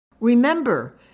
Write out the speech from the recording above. Remember